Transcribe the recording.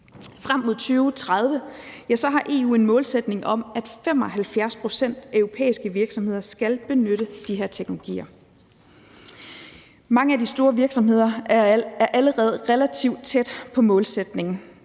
Frem til 2030 har EU en målsætning om, at 75 pct. af de europæiske virksomheder skal benytte de her teknologier. Mange af de store virksomheder er allerede relativt tæt på målsætningen.